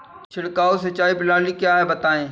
छिड़काव सिंचाई प्रणाली क्या है बताएँ?